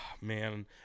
Man